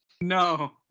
no